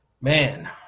Man